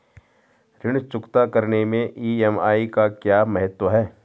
ऋण चुकता करने मैं ई.एम.आई का क्या महत्व है?